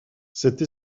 cette